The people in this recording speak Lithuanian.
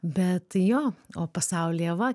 bet jo o pasaulyje va